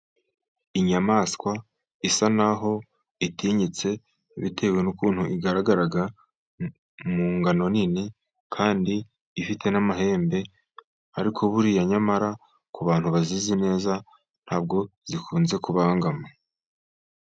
Inyamaswa isa naho itinyitse bitewe n'ukuntu igaragara mu ngano nini, kandi ifite n'amahembe ariko buriya nyamara ku bantu bazizi neza ntabwo zikunze kubangama.